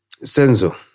Senzo